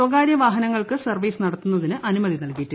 സ്വകാര്യ വാഹനങ്ങൾക്ക് സർവ്വീസ് ന്ടത്തുന്നതിന് അനുമതി നൽകിയിട്ടില്ല